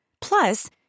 Plus